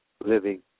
living